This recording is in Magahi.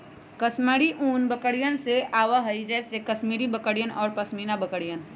कश्मीरी ऊन बकरियन से आवा हई जैसे कश्मीरी बकरियन और पश्मीना बकरियन